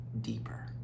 deeper